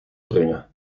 brengen